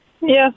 Yes